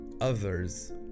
others